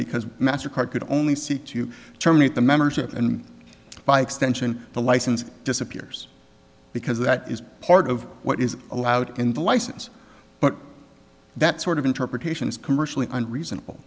because mastercard could only seek to terminate the membership and by extension the license disappears because that is part of what is allowed in the license but that sort of interpretation is commercially and reasonable